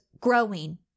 growing